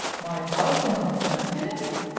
my house and my sustenance?